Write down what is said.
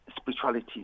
spirituality